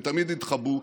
הם תמיד יתחבאו,